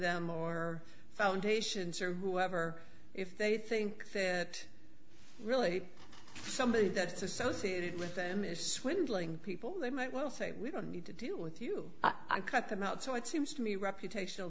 them or foundations or whoever if they think that really somebody that's associated with them is swindling people they might well say we don't need to do with you i cut them out so it seems to me reputation